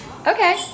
Okay